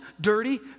dirty